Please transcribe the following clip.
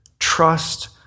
trust